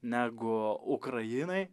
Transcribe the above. negu ukrainai